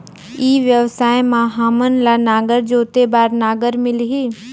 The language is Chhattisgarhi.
ई व्यवसाय मां हामन ला नागर जोते बार नागर मिलही?